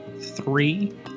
three